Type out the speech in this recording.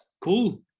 cool